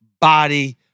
body